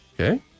Okay